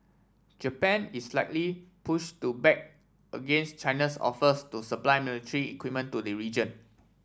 Japan is likely push to back against China's offers to supply military equipment to the region